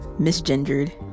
misgendered